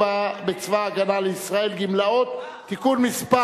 בצבא-הגנה לישראל (גמלאות) (תיקון מס'